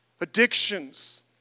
Addictions